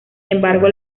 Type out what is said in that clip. embargo